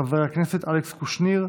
חבר הכנסת אלכס קושניר,